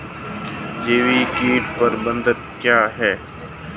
जैविक कीट प्रबंधन क्या है?